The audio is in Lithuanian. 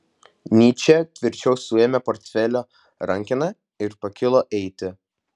nyčė tvirčiau suėmė portfelio rankeną ir pakilo eiti